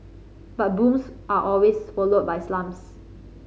but booms are always followed by slumps